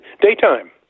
daytime